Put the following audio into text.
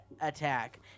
attack